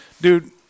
dude